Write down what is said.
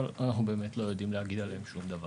אבל אנחנו באמת לא יודעים להגיד עליהם שום דבר.